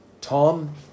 Tom